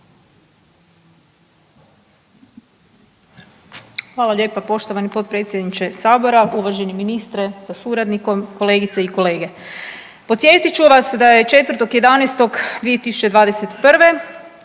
Hvala lijepa poštovani potpredsjedniče Sabora. Uvaženi ministre sa suradnikom, kolegice i kolege. Podsjetit ću vas da je 4.11.2021.